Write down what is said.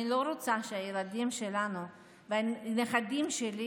אני לא רוצה שהילדים שלנו והנכדים שלי